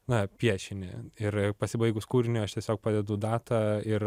na piešinį ir pasibaigus kūriniui aš tiesiog padedu datą ir